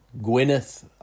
Gwyneth